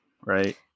right